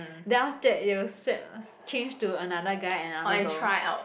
then after that it will swap change to another guy another girl